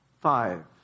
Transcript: five